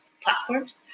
platforms